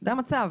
זה המצב.